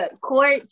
court